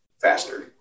faster